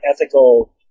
ethical